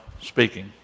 speaking